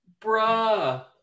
Bruh